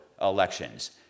elections